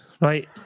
right